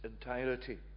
entirety